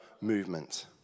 movement